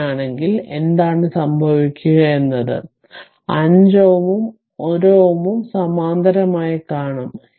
അങ്ങനെയാണെങ്കിൽ എന്താണ് സംഭവിക്കുക എന്നത് 5 Ω ഉം 1 Ω ഉം സമാന്തരമായി കാണും